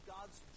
God's